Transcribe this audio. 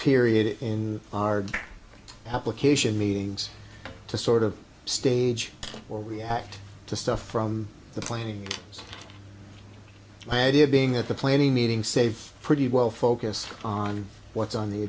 period in our application meetings to sort of stage or react to stuff from the planning was my idea of being at the planning meeting safe pretty well focus on what's on the